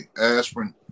aspirin